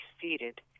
seated